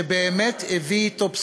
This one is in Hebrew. שבאמת הביא אתו בשורה.